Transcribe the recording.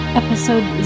episode